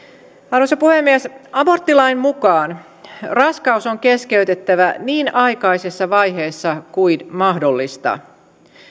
arvoisa puhemies aborttilain mukaan raskaus on keskeytettävä niin aikaisessa vaiheessa kuin mahdollista